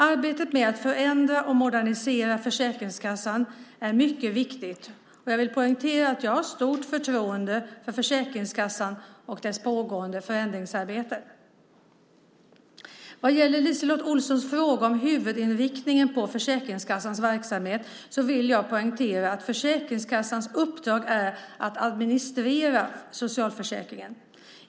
Arbetet med att förändra och modernisera Försäkringskassan är mycket viktigt, och jag vill poängtera att jag har stort förtroende för Försäkringskassan och dess pågående förändringsarbete. Vad gäller LiseLotte Olssons fråga om huvudinriktningen på Försäkringskassans verksamhet vill jag poängtera att Försäkringskassans uppdrag är att administrera socialförsäkringen.